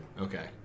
okay